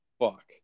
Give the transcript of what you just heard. fuck